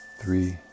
three